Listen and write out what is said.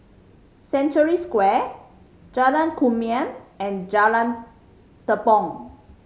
Century Square Jalan Kumia and Jalan Tepong